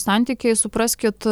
santykiai supraskit